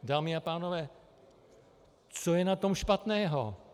Dámy a pánové, co je na tom špatného?